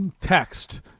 text